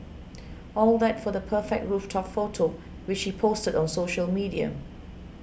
all that for the perfect rooftop photo which he posted on social media